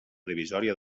divisòria